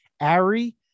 Ari